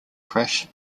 crash